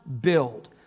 build